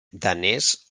danès